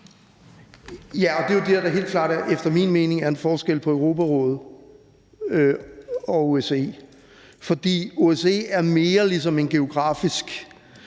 Ja, og det er jo der, hvor der helt klart efter min mening er en forskel på Europarådet og OSCE, for OSCE er mere en geografisk